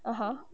(uh huh)